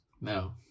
No